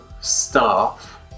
staff